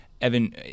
Evan